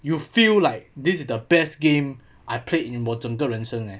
you feel like this is the best game I played in 我整个人生 leh